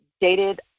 dated